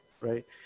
right